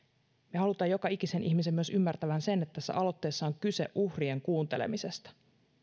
me haluamme joka ikisen ihmisen myös ymmärtävän sen että tässä aloitteessa on kyse uhrien kuuntelemisesta